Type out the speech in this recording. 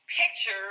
picture